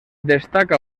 destaca